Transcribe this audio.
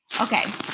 Okay